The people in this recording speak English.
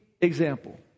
example